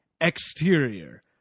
exterior